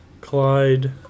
Clyde